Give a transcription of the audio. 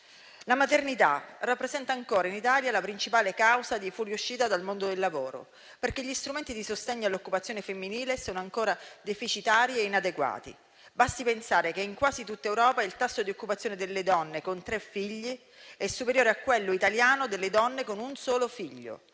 La maternità rappresenta ancora in Italia la principale causa di fuoriuscita dal mondo del lavoro, perché gli strumenti di sostegno all'occupazione femminile sono ancora deficitari e inadeguati, basti pensare che in quasi tutta Europa il tasso di occupazione delle donne con tre figli è superiore a quello italiano delle donne con un solo figlio.